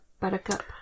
buttercup